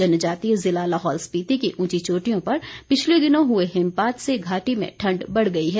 जनजातीय ज़िला लाहौल स्पीति की ऊंची चोटियों पर पिछले दिनों हुए हिमपात से घाटी में ठण्ड बढ़ गई है